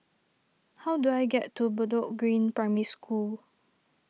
how do I get to Bedok Green Primary School